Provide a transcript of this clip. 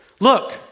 Look